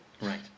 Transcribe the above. Right